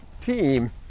team